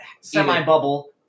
semi-bubble